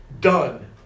done